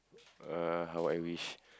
uh how I wish